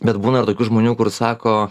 bet būna ir tokių žmonių kur sako